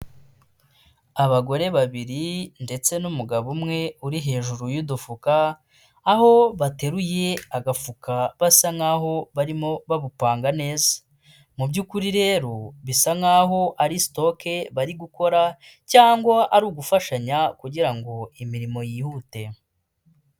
Abagore babiri ndetse n'umugabo umwe uri hejuru y'udufuka; aho bateruye agafuka basa nkaho barimo babupanga neza; mu byukuri rero bisa nkaho ari sitoke bari gukora cyangwa ari ugufashanya kugira ngo imirimo yihute.